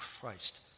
Christ